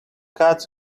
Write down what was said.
cats